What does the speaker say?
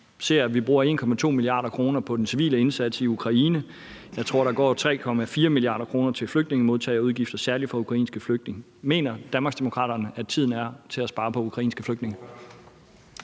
vi bruger 1,2 mia. kr. på den civile indsats i Ukraine. Jeg tror, at der går 3,4 mia. kr. til flygtningemodtagelsesudgifter, særlig til ukrainske flygtninge. Mener Danmarksdemokraterne, at tiden er til at spare på ukrainske flygtninge?